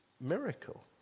miracle